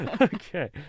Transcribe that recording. Okay